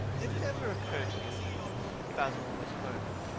did it ever occur to you that basil was murdered?